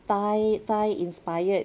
Thai Thai inspired